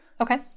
Okay